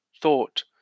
thought